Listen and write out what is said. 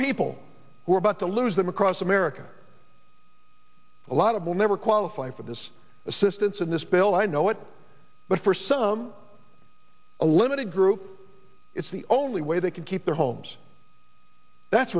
people who are about to lose them across america a lot of will never qualify for this assistance in this bill i know it but for some a limited group it's the only way they can keep their homes that's